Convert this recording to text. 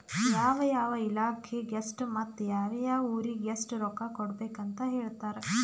ಯಾವ ಯಾವ ಇಲಾಖೆಗ ಎಷ್ಟ ಮತ್ತ ಯಾವ್ ಯಾವ್ ಊರಿಗ್ ಎಷ್ಟ ರೊಕ್ಕಾ ಕೊಡ್ಬೇಕ್ ಅಂತ್ ಹೇಳ್ತಾರ್